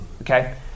okay